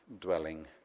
dwelling